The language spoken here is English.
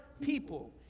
people